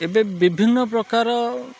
ଏବେ ବିଭିନ୍ନ ପ୍ରକାର